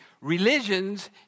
religions